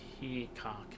Peacock